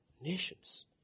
Nations